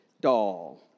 doll